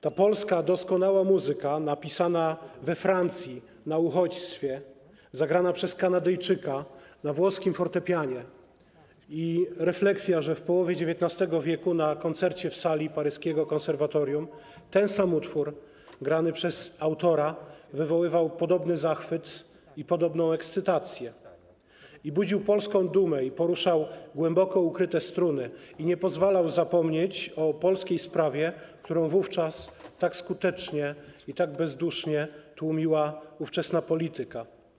Ta polska doskonała muzyka napisana we Francji, na uchodźstwie, zagrana przez Kanadyjczyka na włoskim fortepianie i refleksja, że w połowie XIX w. na koncercie w sali paryskiego konserwatorium ten sam utwór grany przez autora wywoływał podobny zachwyt, podobną ekscytację, budził polską dumę, poruszał głęboko ukryte struny i nie pozwalał zapomnieć o polskiej sprawie, którą tak skutecznie i tak bezdusznie tłumiła ówczesna polityka.